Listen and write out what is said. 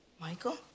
Michael